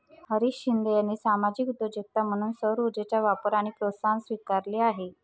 हरीश शिंदे यांनी सामाजिक उद्योजकता म्हणून सौरऊर्जेचा वापर आणि प्रोत्साहन स्वीकारले आहे